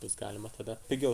bus galima tada pigiau